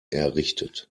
errichtet